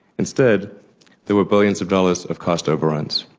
instead there were billions of dollars of cost overruns.